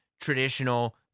traditional